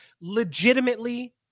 Legitimately